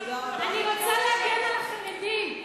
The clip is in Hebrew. אני רוצה להגן על החרדים.